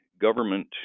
government